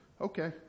Okay